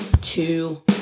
two